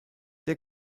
der